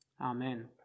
Amen